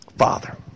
Father